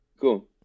Cool